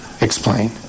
explain